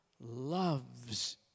loves